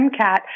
MCAT